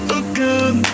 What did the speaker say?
again